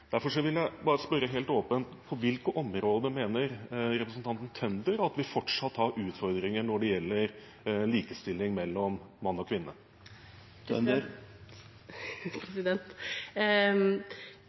Derfor vil jeg bare spørre helt åpent: På hvilket område mener representanten Tønder at vi fortsatt har utfordringer når det gjelder likestilling mellom mann og kvinne?